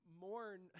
mourn